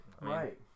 Right